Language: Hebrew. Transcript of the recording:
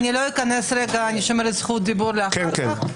אני שומרת זכות דיבור לאחר כך.